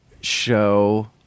show